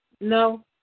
No